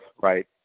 right